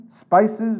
spices